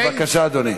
בבקשה, אדוני.